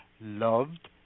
loved